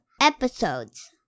episodes